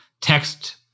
text